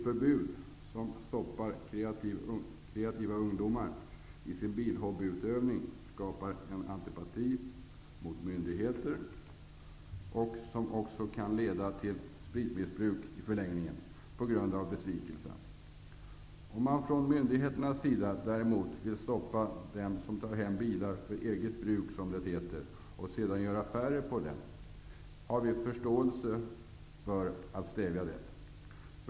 Förbud som stoppar kreativa ungdomar i deras bilhobbyutövning skapar antipati mot myndigheter. Besvikelsen kan i förlängningen leda till spritmissbruk. Vi har däremot förståelse för att myndigheterna vill stoppa dem som tar hem bilar för eget bruk -- det heter så -- och sedan gör affärer med dessa.